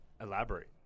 elaborate